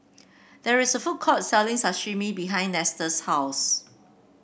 there is a food court selling Sashimi behind Nestor's house